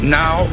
now